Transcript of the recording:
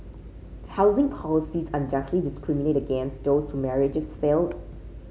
do housing policies unjustly discriminate against those whose marriages failed